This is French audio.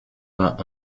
vingt